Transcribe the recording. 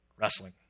wrestling